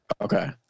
Okay